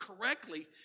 correctly